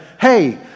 Hey